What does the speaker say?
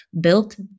built